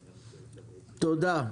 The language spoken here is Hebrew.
תודה.